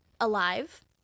alive